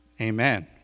Amen